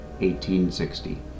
1860